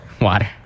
Water